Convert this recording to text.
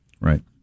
Right